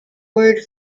word